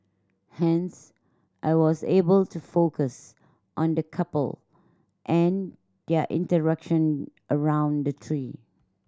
hence I was able to focus on the couple and their interaction around the tree